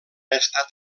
estat